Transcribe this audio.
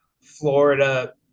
Florida